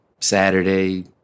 Saturday